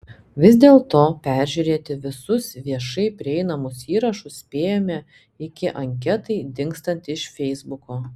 vis dėlto peržiūrėti visus viešai prieinamus įrašus spėjome iki anketai dingstant iš feisbuko